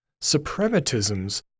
suprematism's